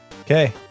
Okay